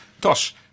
Tosh